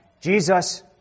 Jesus